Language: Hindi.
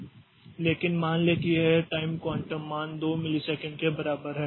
लेकिन मान लें कि यह टाइम क्वांटम मान 2 मिलीसेकंड के बराबर है